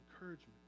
encouragement